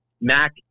Mac